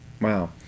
Wow